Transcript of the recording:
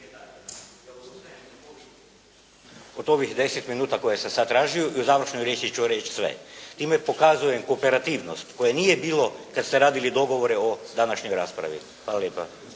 od ovih deset minuta koje sam sad tražio i u završnoj riječi ću reći sve. I pokazujem kooperativnost koje nije bilo kad ste radili dogovore o današnjoj raspravi. Hvala lijepa.